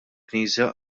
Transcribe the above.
knisja